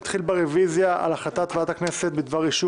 נתחיל ברוויזיה על החלטת ועדת הכנסת בדבר אישור